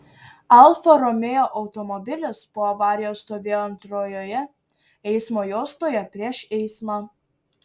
alfa romeo automobilis po avarijos stovėjo antrojoje eismo juostoje prieš eismą